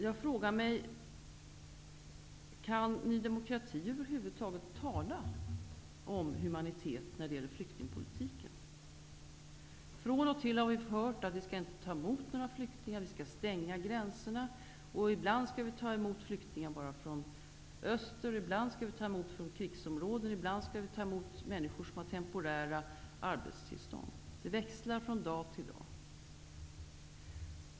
Jag frågar mig om Ny de mokrati över huvud taget kan tala om humanitet när det gäller flyktingpolitiken. Från och till har vi hört att vi inte skall ta emot några flyktingar. Vi skall stänga gränserna. Ibland skall vi ta emot flyktingar enbart från öster, ibland från krigsom råden, och ibland skall vi ta emot människor som har temporära arbetstillstånd. Det växlar från dag till dag.